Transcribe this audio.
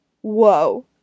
Whoa